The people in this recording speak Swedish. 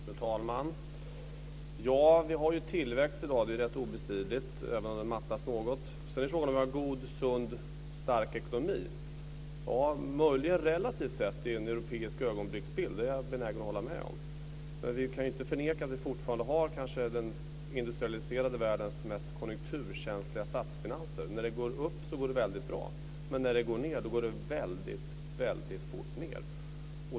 Fru talman! Vi har tillväxt i dag - det är obestridligt - även om den mattas något. Sedan är frågan om vi har en god, sund, stark ekonomi. Ja, möjligen relativt sett i en europeisk ögonblicksbild. Det är jag benägen att hålla med om. Men vi kan inte förneka att vi fortfarande har den industrialiserade världens kanske mest konjunkturkänsliga statsfinanser. När det går upp går det väldigt bra, men när det går ned går det väldigt fort ned.